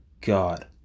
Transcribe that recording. god